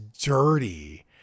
dirty